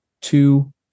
Two